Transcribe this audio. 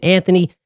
Anthony